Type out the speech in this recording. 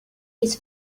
his